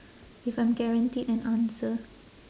if I'm guaranteed an answer